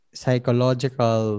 psychological